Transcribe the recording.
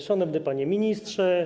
Szanowny Panie Ministrze!